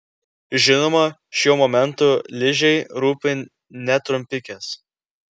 žinoma šiuo momentu ližei rūpi ne trumpikės